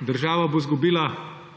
Država bo izgubila